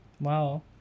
Wow